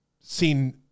seen